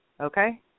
okay